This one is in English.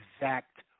exact